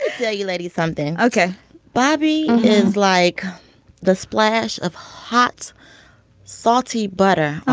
yeah you lady something. ok bobby is like the splash of hot salty butter.